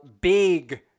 Big